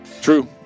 True